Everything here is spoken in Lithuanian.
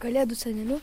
kalėdų seneliu